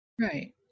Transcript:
right